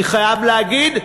אני חייב להגיד,